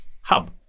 hub